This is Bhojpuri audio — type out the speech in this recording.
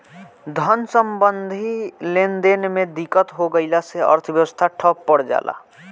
धन सम्बन्धी लेनदेन में दिक्कत हो गइला से अर्थव्यवस्था ठप पर जला